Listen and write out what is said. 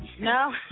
no